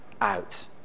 out